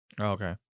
Okay